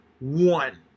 one